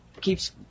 keeps